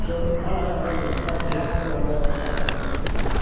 ಗ ಭಾಳ ಒಂಥರ ಭಯಾನಕವಾದ ವಾತಾವರಣ ಇರ್ತಿತ್ತು